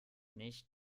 nicht